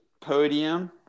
podium